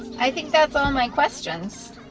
i think that's all my questions.